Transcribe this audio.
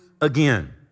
again